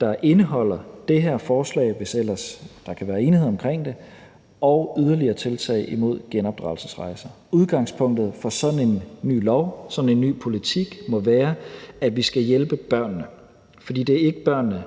der indeholder det her forslag, hvis ellers der kan være enighed om det, og yderligere tiltag imod genopdragelsesrejser. Udgangspunktet for sådan en ny lov, sådan en ny politik må være, at vi skal hjælpe børnene. For det er ikke børnene,